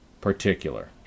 particular